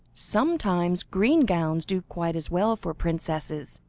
sometimes green gowns do quite as well for princesses,